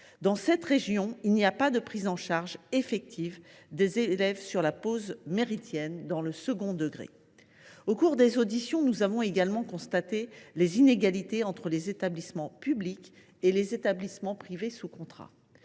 Dans sept régions, aucune prise en charge effective des élèves pendant la pause méridienne dans le second degré n’est prévue. Au cours des auditions, nous avons également constaté les inégalités entre les établissements publics et les établissements privés sous contrat.